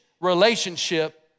relationship